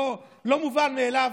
לא מובן מאליו.